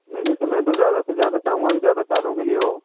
नहीं नहीं सर मैं तो ज़्यादा से ज़्यादा चाहूंगा कि ज़्यादा सालों के लिए हो